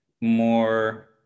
more